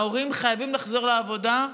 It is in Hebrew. ההורים חייבים לחזור לעבודה,